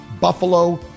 Buffalo